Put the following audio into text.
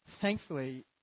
thankfully